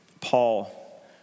Paul